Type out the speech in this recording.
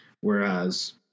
Whereas